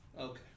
Okay